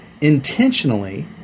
intentionally